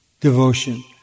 devotion